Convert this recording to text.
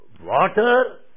water